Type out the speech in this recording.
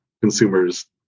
consumers